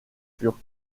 furent